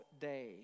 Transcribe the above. day